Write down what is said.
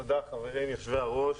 תודה יושבי הראש,